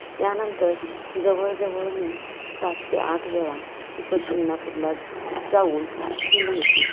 यानंतर जवळ जवळ मी सात ते आठ वेळा शिखर शिंगणापूरला ज जाऊन ही माहिती